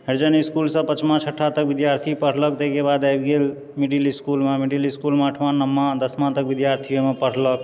हरिजन school विद्यार्थी पंँचमांँ छठा तक पढ़लक ताहिके बाद आबि गेल मिडिल इसकुलमे मिडिल स्कूलमे अठमांँ नओमांँ दशमांँ तक विद्यार्थी ओहिमे पढ़लक